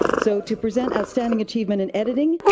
so to present outstanding achievement in editing,